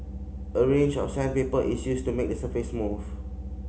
a range of sandpaper is used to make the surface smooth